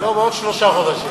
לא, בעוד שלושה חודשים.